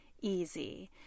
easy